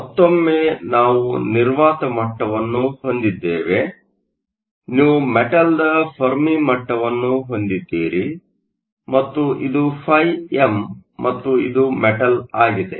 ಮತ್ತೊಮ್ಮೆ ನಾವು ನಿರ್ವಾತ ಮಟ್ಟವನ್ನು ಹೊಂದಿದ್ದೇವೆ ನೀವು ಮೆಟಲ್Metalನ ಫೆರ್ಮಿ ಮಟ್ಟವನ್ನು ಹೊಂದಿದ್ದೀರಿ ಮತ್ತು ಇದು ಫೈಎಮ್ ಮತ್ತು ಇದು ಮೆಟಲ್ ಆಗಿದೆ